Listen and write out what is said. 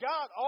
God